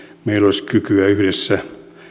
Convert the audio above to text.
meillä olisi kykyä yhdessä